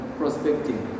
prospecting